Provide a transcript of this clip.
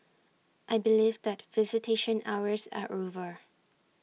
I believe that visitation hours are over